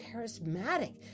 charismatic